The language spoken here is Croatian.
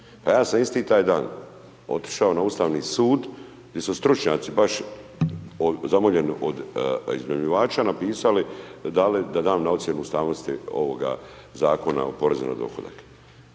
pa ja sam isti taj dan otišao na Ustavni sud gdje su stručnjaci baš zamoljeni od iznajmljivača napisali, dali da dam na ocjenu ustavnosti ovoga Zakona o porezu na dohodak.